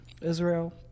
Israel